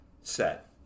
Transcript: set